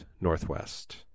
northwest